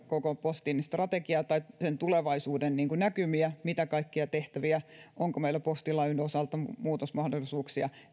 koko postin strategiaa ja sen tulevaisuudennäkymiä sitä mitä kaikkia tehtäviä ja onko meillä postilain osalta muutosmahdollisuuksia